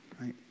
right